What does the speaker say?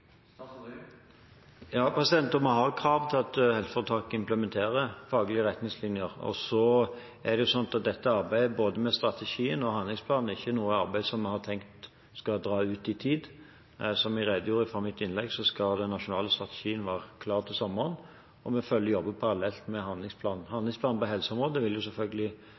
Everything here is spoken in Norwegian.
Vi har krav om at foretakene implementerer faglige retningslinjer. Og dette arbeidet, både med strategien og med handlingsplanen, er ikke noe vi har tenkt skal dra ut i tid. Som jeg redegjorde for i mitt innlegg, skal den nasjonale strategien være klar til sommeren, og vi arbeider parallelt med handlingsplanen. En handlingsplan på helseområdet vil selvfølgelig